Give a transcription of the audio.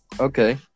Okay